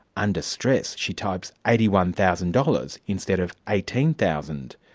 under stress, she types eighty one thousand dollars instead of eighteen thousand